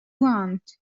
want